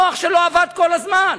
המוח שלו עבד כל הזמן.